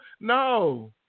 No